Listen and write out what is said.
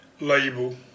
label